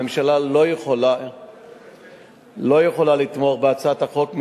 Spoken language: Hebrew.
הממשלה לא יכולה לתמוך בהצעת החוק,